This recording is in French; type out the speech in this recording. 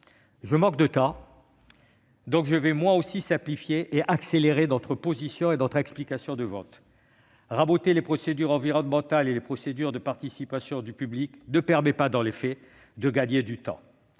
Par manque de temps, je vais moi aussi simplifier et accélérer mon intervention. Raboter les procédures environnementales et les procédures de participation du public ne permettra pas dans les faits de gagner du temps.